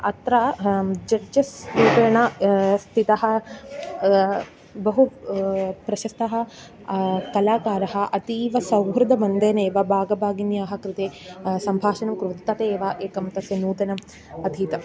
अत्र जड्जस् रूपेण स्थितः बहु प्रशस्तः कलाकारः अतीवसौहृदबन्धेनैव भागभागिन्याः कृते सम्भाषणं कुर्वन्ति ततैव एकं तस्य नूतनम् अधीतम्